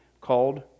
called